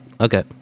okay